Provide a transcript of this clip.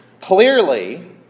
clearly